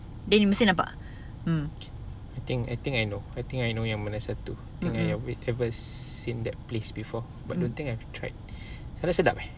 then mesti nampak mm mm